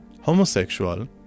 homosexual